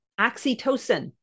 oxytocin